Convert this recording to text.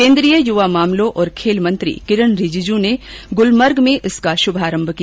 केन्द्रीय युवा मामलों और खेल मंत्री किरण रिजिज ने गुलमर्ग में इसका शुभारम्भ किया